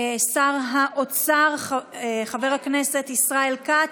שר האוצר חבר הכנסת ישראל כץ.